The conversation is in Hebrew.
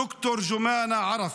ד"ר ג'ומאנא ערפה.